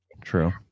True